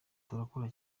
turakora